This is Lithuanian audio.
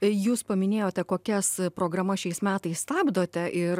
jūs paminėjote kokias programas šiais metais stabdote ir